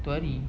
itu hari